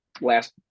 last